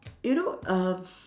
you know uh